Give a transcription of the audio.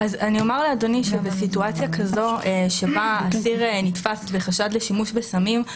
אז אני אומר לאדוני שבסיטואציה כזו שבה אסיר נתפס בחשד לשימוש בסמים,